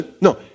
no